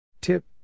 Tip